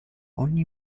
ogni